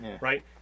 right